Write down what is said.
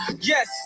Yes